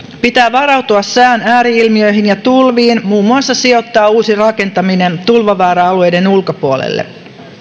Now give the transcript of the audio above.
pitää varautua sään ääri ilmiöihin ja tulviin muun muassa sijoittaa uusi rakentaminen tulvavaara alueiden ulkopuolelle